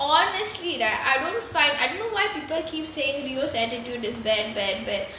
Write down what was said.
honestly right I don't find I don't know why people keep saying rio's attitude is bad bad bad